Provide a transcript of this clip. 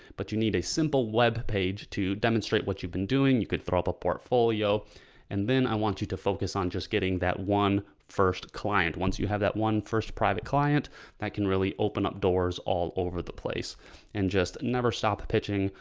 but you need a simple web page to demonstrate what you've been doing. you could throw up a portfolio and then i want you to focus on just getting that one first client, once you have that one first private client that can really open up doors all over the place and just never stop pitching,